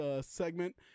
segment